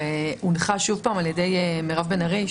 והונחה שוב על ידי מירב בן ארי,